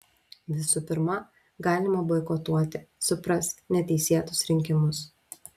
visų pirma galima boikotuoti suprask neteisėtus rinkimus